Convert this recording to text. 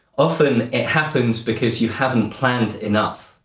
often it happens because you haven't planned enough.